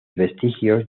vestigios